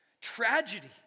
Tragedy